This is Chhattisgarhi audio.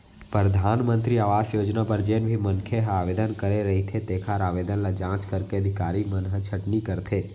परधानमंतरी आवास योजना बर जेन भी मनखे ह आवेदन करे रहिथे तेखर आवेदन ल जांच करके अधिकारी मन ह छटनी करथे